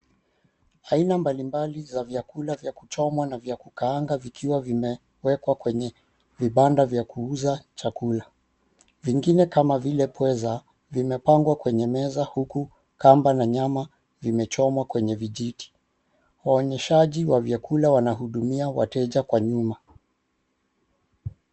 aina mbali mbali ya vyakula choma na vya kukaanga ,vikiwa vimewekwa kwenye vibanda vya kuuza chakula. vingine kama vile pweza vimepangwa kwenye meza huku kamba na nyama vimechomwa kwenye vijiti. waonyeshaji wa vyakula wanahudumia wateja kwa nyuma.